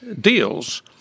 deals